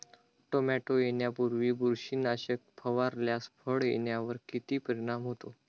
Tomato येण्यापूर्वी बुरशीनाशक फवारल्यास फळ येण्यावर किती परिणाम होतो?